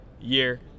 year